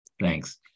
Thanks